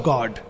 God